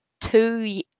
two